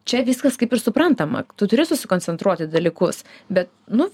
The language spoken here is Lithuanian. čia viskas kaip ir suprantama tu turi susikoncentruoti į dalykus bet nu